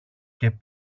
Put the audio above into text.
και